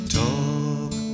talk